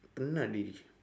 penat already